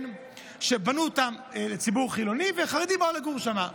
שבנו אותן לציבור חילוני וחרדים באו לגור שם.